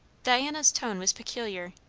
diana's tone was peculiar.